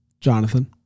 jonathan